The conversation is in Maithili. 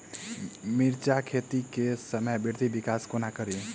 मिर्चा खेती केँ सामान्य वृद्धि विकास कोना करि?